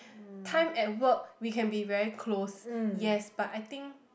time at work we can be very close yes but I think